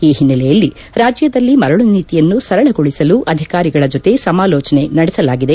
ಈ ಹಿನ್ನೆಲೆಯಲ್ಲಿ ರಾಜ್ಯದಲ್ಲಿ ಮರಳು ನೀತಿಯನ್ನು ಸರಳಗೊಳಿಸಲು ಅಧಿಕಾರಿಗಳ ಜೊತೆ ಸಮಾಲೋಚನೆ ನಡೆಸಲಾಗಿದೆ